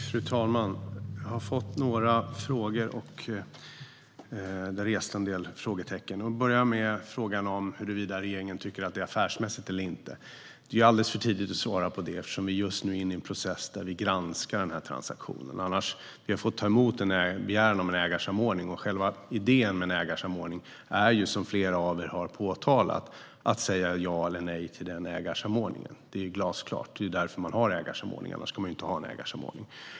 Fru talman! Jag har fått några frågor. Om vi börjar med frågan huruvida regeringen tycker att det är affärsmässigt eller inte är det alldeles för tidigt att svara på den. Vi är just nu inne i en process där vi granskar denna transaktion. Vi har tagit emot en begäran om ägarsamordning, och själva idén med en sådan är, som flera av er har påpekat, att säga ja eller nej till den. Det är glasklart, och det är ju därför man har ägarsamordningar. Annars skulle man inte ha dem.